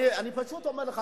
אני פשוט אומר לך,